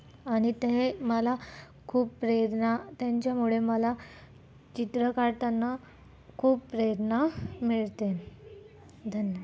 आणि ते मला खूप प्रेरणा त्यांच्यामुळे मला चित्र काढताना खूप प्रेरणा मिळते धन्य